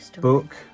book